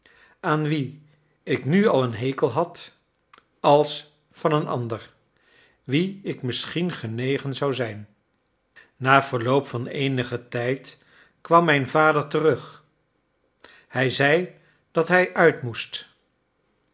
aan wien ik nu al een hekel had als van een ander wien ik misschien genegen zou zijn na verloop van eenigen tijd kwam mijn vader terug hij zei dat hij uit moest